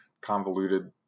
convoluted